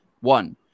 One